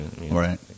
Right